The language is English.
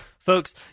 Folks